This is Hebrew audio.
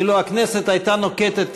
אילו הכנסת הייתה נוקטת,